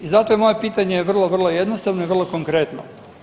I zato je moje pitanje vrlo, vrlo jednostavno i vrlo konkretno.